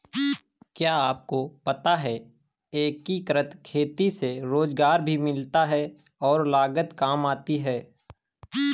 क्या आपको पता है एकीकृत खेती से रोजगार भी मिलता है और लागत काम आती है?